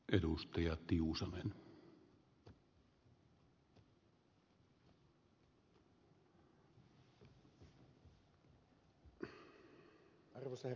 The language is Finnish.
arvoisa herra puhemies